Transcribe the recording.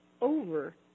over